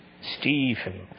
Stephen